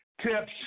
tips